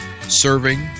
serving